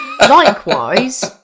likewise